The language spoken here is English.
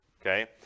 okay